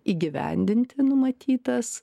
įgyvendinti numatytas